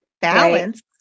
Balance